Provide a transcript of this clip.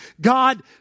God